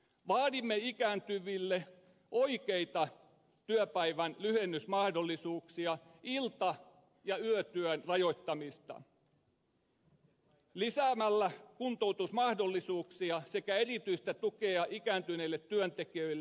vaadimme ikääntyville oikeita työpäivän lyhennysmahdollisuuksia ilta ja yötyön rajoittamista kuntoutusmahdollisuuksien sekä erityisen tuen lisäämistä ikääntyneille työntekijöille